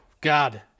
God